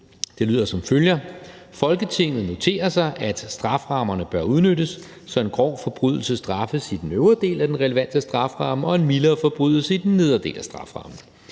til vedtagelse »Folketinget noterer sig, at strafferammen bør udnyttes, så en grov forbrydelse straffes i den øvre del af den relevante strafferamme og en mildere forbrydelse i den nedre del af strafferammen.